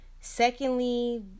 Secondly